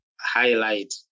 highlight